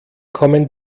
kommen